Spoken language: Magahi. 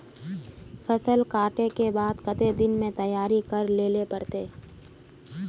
फसल कांटे के बाद कते दिन में तैयारी कर लेले पड़ते?